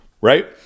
right